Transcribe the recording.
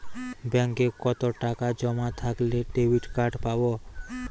ব্যাঙ্কে কতটাকা জমা থাকলে ডেবিটকার্ড পাব?